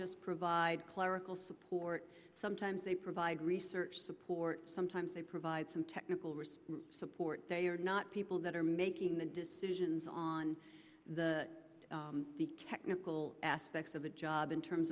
just provide clerical support sometimes they provide research support sometimes they provide some technical wrist support they are not people that are making the decisions on the technical aspects of the job in terms